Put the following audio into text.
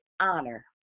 honor